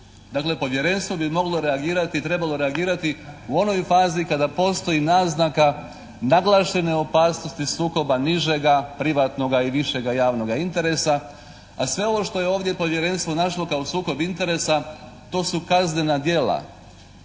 Dakle, Povjerenstvo bi moglo reagirati, trebalo reagirati u onoj fazi kada postoji naznaka naglašene opasnosti sukoba nižega privatnoga ili višega javnoga interesa. A sve ovo što je ovdje Povjerenstvo našlo kao sukob interesa to su kaznena djela